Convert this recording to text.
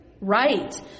right